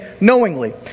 knowingly